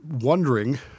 wondering